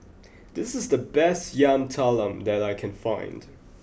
this is the best Yam Talam that I can find